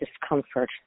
discomfort